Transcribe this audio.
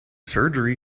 surgery